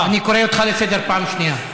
אני קורא אותך לסדר פעם שנייה.